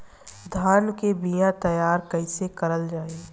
धान के बीया तैयार कैसे करल जाई?